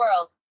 world